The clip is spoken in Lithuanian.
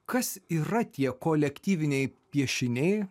kas yra tie kolektyviniai piešiniai